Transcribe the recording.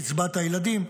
קצבת הילדים,